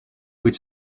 kuid